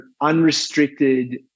unrestricted